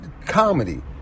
Comedy